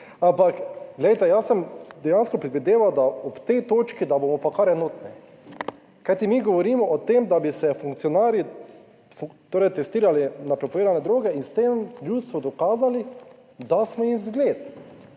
ampak glejte, jaz sem dejansko predvideval, da ob tej točki, da bomo pa kar enotni, kajti mi govorimo o tem, da bi se funkcionarji torej testirali na prepovedane droge in s tem ljudstvu dokazali, da smo jim v zgled